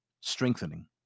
strengthening